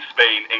Spain